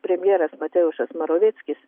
premjeras mateušas maroveckis